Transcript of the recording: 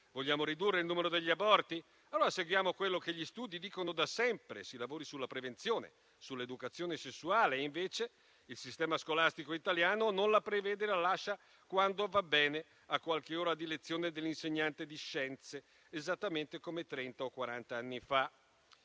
Vogliamo ridurre il numero degli aborti? Allora seguiamo quello che gli studi dicono da sempre, si lavori cioè sulla prevenzione e sull'educazione sessuale. Il sistema scolastico italiano invece non prevede tale educazione e la lascia, quando va bene, a qualche ora di lezione dell'insegnante di scienze, esattamente come trenta